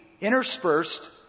interspersed